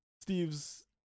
Steve's